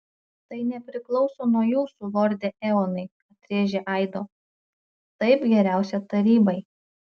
tai nepriklauso nuo jūsų lorde eonai atrėžė aido taip geriausia tarybai